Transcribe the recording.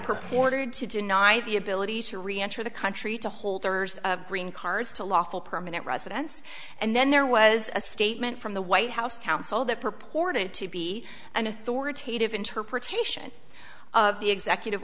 purported to deny the ability to reenter the country to holders of green cards to lawful permanent residents and then there was a statement from the white house counsel that purported to be an authoritative interpretation of the executive